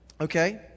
Okay